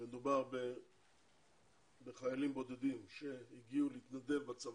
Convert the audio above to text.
מדובר בחיילים בודדים שהגיעו להתנדב בצבא.